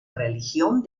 religión